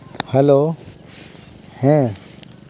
hello ᱦᱮᱸ